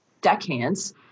deckhands